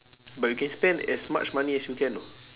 but you can spend as much money as you can know